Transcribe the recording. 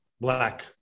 black